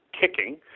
kicking